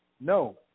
No